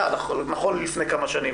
היה נכון לפני כמה שנים,